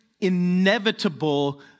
inevitable